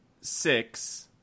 six